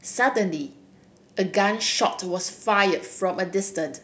suddenly a gun shot was fire from a distant